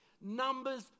Numbers